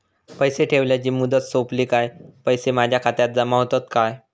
पैसे ठेवल्याची मुदत सोपली काय पैसे माझ्या खात्यात जमा होतात काय?